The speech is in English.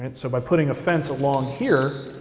and so by putting a fence along here,